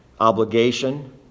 obligation